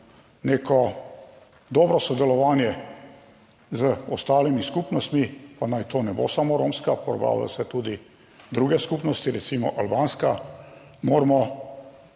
neko dobro sodelovanje z ostalimi skupnostmi, pa naj to ne bo samo romska, / nerazumljivo/ se tudi druge skupnosti, recimo albanska, moramo